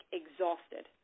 exhausted